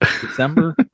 December